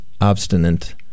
obstinate